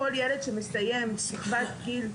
כל ילד שמסיים שכבת גיל,